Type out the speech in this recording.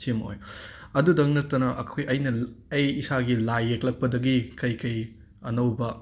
ꯑꯁꯤꯃ ꯑꯣꯏ ꯑꯗꯨꯇꯪ ꯅꯠꯇꯅ ꯑꯩꯈꯣꯏ ꯑꯩꯅ ꯑꯩ ꯏꯁꯥꯒꯤ ꯂꯥꯏ ꯌꯦꯛꯂꯛꯄꯗꯒꯤ ꯀꯩ ꯀꯩ ꯑꯅꯧꯕ